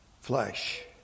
flesh